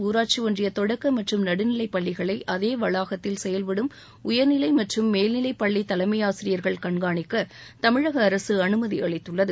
ஊராட்சி ஒன்றிய தொடக்க மற்றும் நடுநிலைப் பள்ளிகளை அதே வளாகத்தில் செயல்படும் உயர்நிலை மற்றும் மேல்நிலைப் பள்ளி தலைமையாசிரியர்கள் கண்காணிக்க தமிழக அரசு அனுமதியளித்துள்ளது